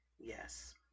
yes